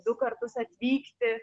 du kartus atvykti